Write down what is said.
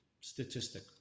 statistic